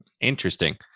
interesting